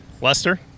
lester